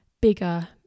bigger